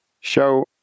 show